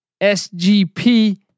SGP